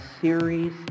series